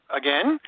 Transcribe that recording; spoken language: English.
again